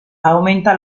aumenta